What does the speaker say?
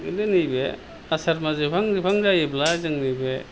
खिन्तु नैबो आसार मास जोबहां जोबहां जायोब्ला जों बे